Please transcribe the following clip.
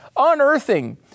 unearthing